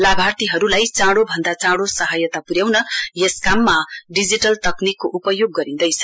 लाभार्थीहरूलाई चौँडो भन्दा चौँडो सहायता पुर्याउन यस काममा डिजिटल तकनिकको उपयोग गरिँदैछ